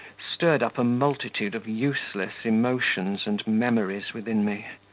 stirred up a multitude of useless emotions and memories within me.